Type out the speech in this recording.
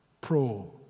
pro